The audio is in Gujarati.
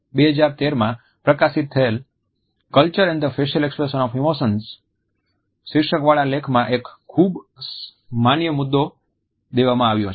2013માં પ્રકાશિત થયેલ culture and facial expressions of emotions શીર્ષકવાળા લેખમાં એક ખૂબ જ માન્ય મુદ્દો દેવામાં આવ્યો છે